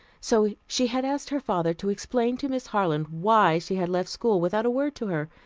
so she had asked her father to explain to miss harland why she had left school without a word to her.